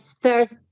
first